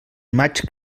maig